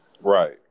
Right